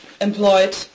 employed